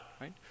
right